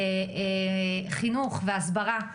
חינוך והסברה.